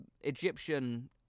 Egyptian